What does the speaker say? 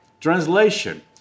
translation